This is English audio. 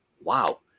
wow